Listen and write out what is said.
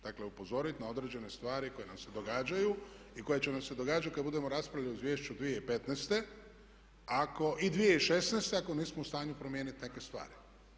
Dakle upozoriti na određene stvari koje nam se događaju i koje će nam se događati kada budemo raspravljali o izvješću 2015. i 2016. ako nismo u stanju promijeniti neke stvari.